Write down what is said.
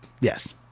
Yes